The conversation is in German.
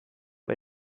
bei